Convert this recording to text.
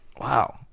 wow